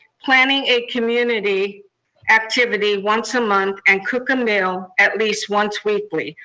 planning a community activity once a month, and cook a meal at least once weekly.